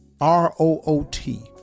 R-O-O-T